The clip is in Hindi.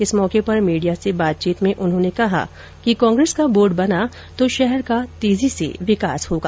इस मौके पर मीडिया से बातचीत में उन्होंने कहा कि कांग्रेस का बोर्ड बना तो शहर का तेजी से विकास होगा